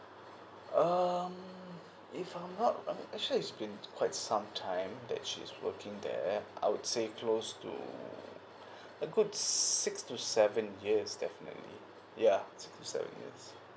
um if I'm not I'm not sure it's been quite some time that she's working there I would say close to a good six to seven years definitely yeah six to seven years